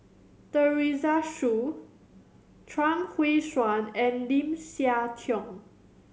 Teresa Hsu Chuang Hui Tsuan and Lim Siah Tong